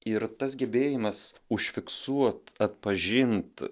ir tas gebėjimas užfiksuot atpažint